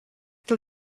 till